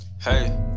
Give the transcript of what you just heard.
Hey